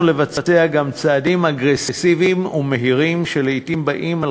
לבצע גם צעדים אגרסיביים ומהירים שלעתים באים על